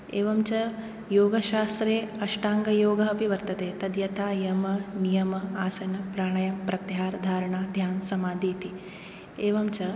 एवं च योगशास्त्रे अष्टाङ्गयोगः अपि वर्तते तद्यथा यम नियम आसन प्राणायाम प्रत्याहार धारणा ध्यान् समाधीति एवञ्च